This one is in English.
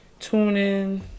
TuneIn